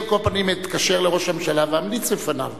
אני, על כל פנים, אתקשר לראש הממשלה ואמליץ בפניו